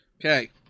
Okay